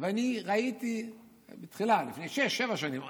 ואני ראיתי, בתחילה, לפני שש-שבע שנים,